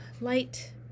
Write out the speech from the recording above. light